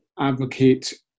advocate